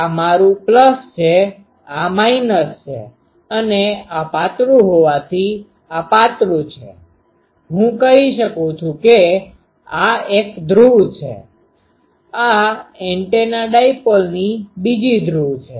તો આ મારું પ્લસ છે આ માઈનસ છે અને આ પાતળું હોવાથી આ પાતળું છે હું કહી શકું છું કે આ એક ધ્રુવ છે આ એન્ટેના ડાઈપોલ ની બીજી ધ્રુવ છે